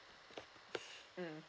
mm